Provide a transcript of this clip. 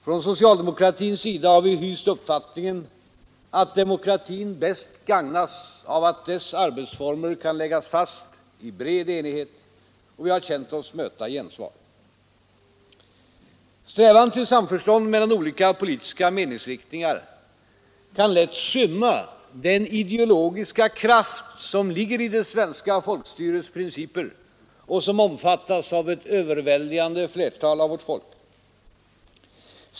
Från socialdemokratins sida har vi hyst uppfattningen att demokratin bäst gagnas av att dessa arbetsformer kan läggas fast i bred enighet, och vi har känt oss möta gensvar. Strävan till samförstånd mellan olika politiska meningsriktningar kan lätt skymma den ideologiska kraft som ligger i det svenska folkstyrets principer och som omfattas av ett överväldigande flertal av vårt folk.